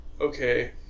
okay